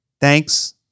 thanks